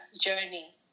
journey